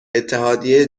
اتحادیه